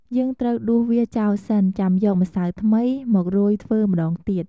យើងត្រូវដួសវាចោលសិន ចាំយកម្សៅថ្មីមករោយធ្វើម្តងទៀត។